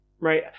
right